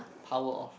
power off